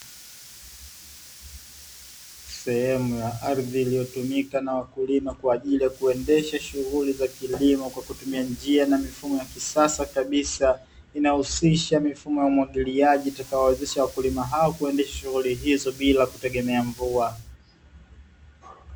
Sehemu ya ardhi iliyotumika na wakulima kwa ajili ya kuendesha shughuli za kilimo, kwa kutumia njia na mifumo ya kisasa kabisa. Inahusisha mifumo ya umwagiliaji itakayowawezesha wakulima hao kuendesha shughuli hizo bila kutegemea mvua.